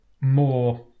more